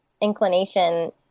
inclination